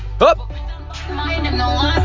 Up